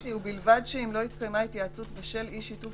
אז כתבתי: ובלבד שאם לא התקיימה התייעצות בשל אי שיתוף